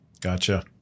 gotcha